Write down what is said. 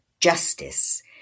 justice